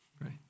right